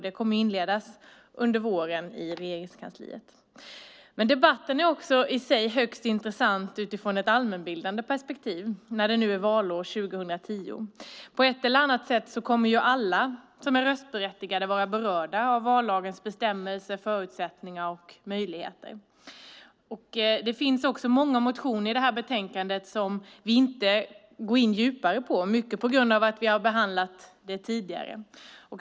Det kommer att inledas under våren i Regeringskansliet. Debatten är också högst intressent utifrån ett allmänbildande perspektiv när det nu är valår 2010. På ett eller annat sätt kommer vi alla röstberättigade att vara berörda av vallagens bestämmelser, förutsättningar och möjligheter. Det finns många motioner i betänkandet som vi inte går in djupare på, mycket på grund av att vi har behandlat dem tidigare.